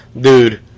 Dude